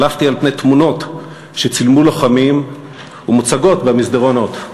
חלפתי על פני תמונות שצילמו לוחמים ומוצגות במסדרונות,